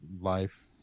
life